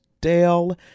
Dale